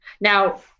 Now